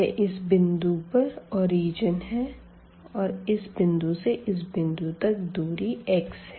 यह इस बिंदु पर ओरिजिन है और इस बिंदु से इस बिंदु तक दूरी x है